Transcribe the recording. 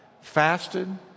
fasted